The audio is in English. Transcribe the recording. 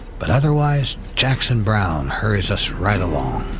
but otherwise, jackson browne hurries us right along.